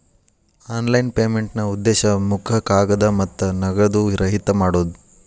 online ಪೇಮೆಂಟ್ನಾ ಉದ್ದೇಶ ಮುಖ ಕಾಗದ ಮತ್ತ ನಗದು ರಹಿತ ಮಾಡೋದ್